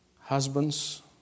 Husbands